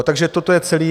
Takže toto je celé.